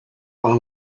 wrong